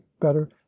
better